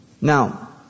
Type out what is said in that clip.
Now